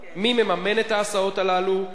2. מי מממן את ההסעות הללו?